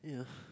yeah